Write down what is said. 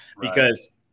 because-